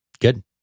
Good